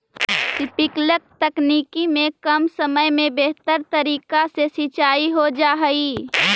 sprinkler तकनीक में कम समय में बेहतर तरीका से सींचाई हो जा हइ